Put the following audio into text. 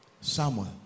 Samuel